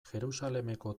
jerusalemeko